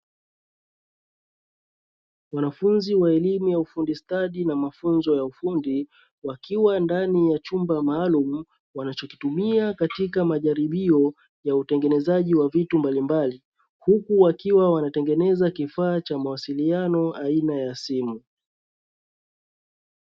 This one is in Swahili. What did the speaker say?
Wanafunzi wa elimu ya ufundi stadi na mafunzo ya ufundi, wakiwa ndani ya chumba maalumu wanachokitumia katika majaribio ya utengenezaji wa vitu mbalimbali, huku wakiwa wanatengeneza kifaa cha mawasiliano aina ya simu.